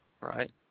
right